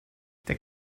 der